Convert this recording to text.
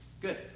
good